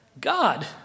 God